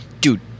Dude